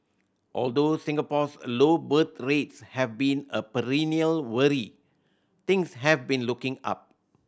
although Singapore's low birth rates have been a perennial worry things have been looking up